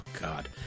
God